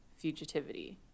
fugitivity